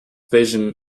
vision